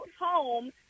home